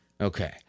Okay